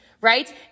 right